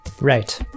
Right